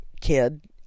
kid